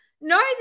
No